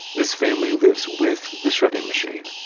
this family lives with the shredding machine.